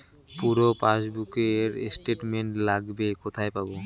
পুরো পাসবুকের স্টেটমেন্ট লাগবে কোথায় পাব?